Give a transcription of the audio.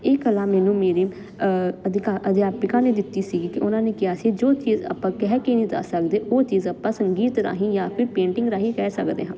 ਇਹ ਕਲਾ ਮੈਨੂੰ ਮੇਰੇ ਅਧਿਕਾ ਅਧਿਆਪਿਕਾ ਨੇ ਦਿੱਤੀ ਸੀਗੀ ਕਿ ਉਹਨਾਂ ਨੇ ਕਿਹਾ ਸੀ ਜੋ ਚੀਜ਼ ਆਪਾਂ ਕਹਿ ਕੇ ਨਹੀਂ ਦੱਸ ਸਕਦੇ ਉਹ ਚੀਜ਼ ਆਪਾਂ ਸੰਗੀਤ ਰਾਹੀਂ ਜਾਂ ਫਿਰ ਪੇਂਟਿੰਗ ਰਾਹੀਂ ਕਹਿ ਸਕਦੇ ਹਾਂ